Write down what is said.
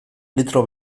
litro